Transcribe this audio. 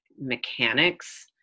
mechanics